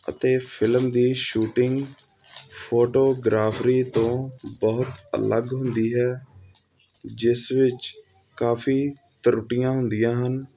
ਅਤੇ ਫ਼ਿਲਮ ਦੀ shooting photography ਤੋਂ ਬਹੁਤ ਅਲੱਗ ਹੁੰਦੀ ਹੈ ਜਿਸ ਵਿੱਚ ਕਾਫ਼ੀ ਤਰੁੱਟੀਆਂ ਹੁੰਦੀਆਂ ਹਨ